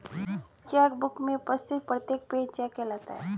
check book में उपस्थित प्रत्येक पेज चेक कहलाता है